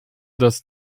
das